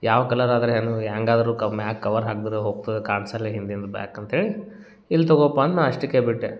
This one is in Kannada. ಯಾವ ಕಲರ್ ಆದ್ರೆ ಏನು ಹ್ಯಾಂಗಾದ್ರೂ ಕ ಮ್ಯಾಲ್ ಕವರ್ ಹಾಕ್ದ್ರೆ ಹೋಗ್ತದೆ ಕಾಣಿಸಲ್ಲ ಹಿಂದಿಂದು ಬ್ಯಾಕ್ ಅಂತ್ಹೇಳಿ ಇಲ್ಲ ತಗೊಪ್ಪ ಅಂತ ನಾ ಅಷ್ಟಕ್ಕೇ ಬಿಟ್ಟೆ